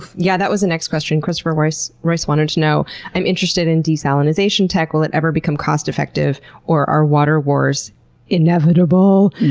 yeah, that was the next question. christopher royce royce wanted to know i'm interested in desalinization tech. will it ever become cost effective or are water wars inevitable?